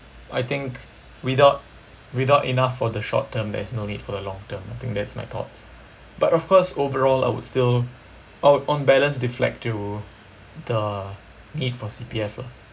I think without without enough for the short term there's no need for the long-term I think that's my thoughts but of course overall I would still I would on balance deflect to the need for C_P_F lah